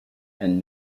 and